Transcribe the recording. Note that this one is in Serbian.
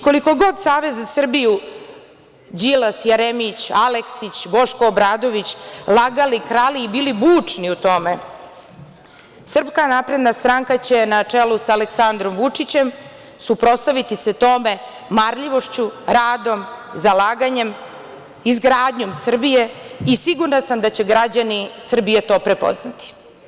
Koliko god Savez za Srbiju, Đilas, Jeremić, Aleksić, Boško Obradović lagali, krali i bili bučni u tome, SNS će, na čelu sa Aleksandrom Vučićem, suprotstaviti se tome marljivošću, radom, zalaganjem, izgradnjom Srbije i sigurna sam da će građani Srbije to prepoznati.